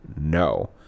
No